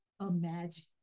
imagine